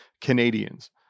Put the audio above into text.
Canadians